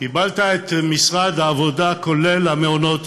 קיבלת את משרד העבודה, כולל מעונות היום,